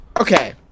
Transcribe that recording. Okay